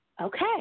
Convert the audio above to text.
Okay